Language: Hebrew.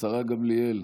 השרה גמליאל.